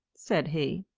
said he.